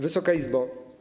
Wysoka Izbo!